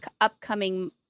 upcoming